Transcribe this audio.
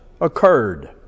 occurred